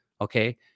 Okay